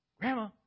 Grandma